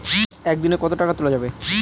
একদিন এ কতো টাকা তুলা যাবে?